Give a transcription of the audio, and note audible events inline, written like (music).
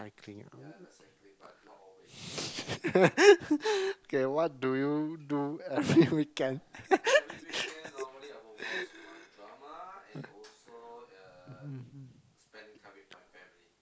(laughs) okay what do you do every weekend